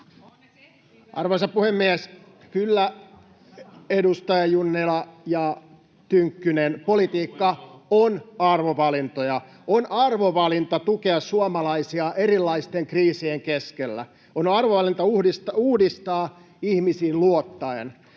Arvoisa puhemies! Kyllä, edustajat Junnila ja Tynkkynen, politiikka on arvovalintoja. On arvovalinta tukea suomalaisia erilaisten kriisien keskellä, on arvovalinta uudistaa ihmisiin luottaen.